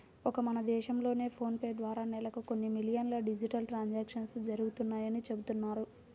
ఒక్క మన దేశంలోనే ఫోన్ పే ద్వారా నెలకు కొన్ని మిలియన్ల డిజిటల్ ట్రాన్సాక్షన్స్ జరుగుతున్నాయని చెబుతున్నారు